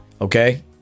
Okay